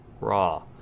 Raw